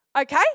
okay